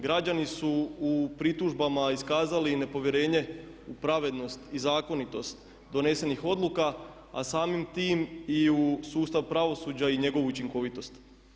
Građani su u pritužbama iskazali i nepovjerenje u pravednost i zakonitost donesenih odluka a samim time i u sustav pravosuđa i njegovu učinkovitost.